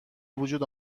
وجود